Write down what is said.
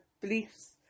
beliefs